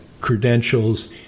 credentials